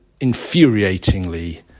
infuriatingly